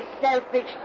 selfish